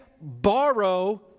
borrow